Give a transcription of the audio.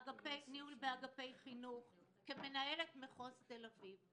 ניהול באגפי חינוך, כמנהלת מחוז תל אביב.